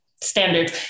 standards